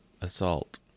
assault